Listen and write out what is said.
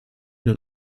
nun